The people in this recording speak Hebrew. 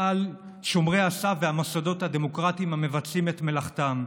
על שומרי הסף והמוסדות הדמוקרטיים המבצעים את מלאכתם.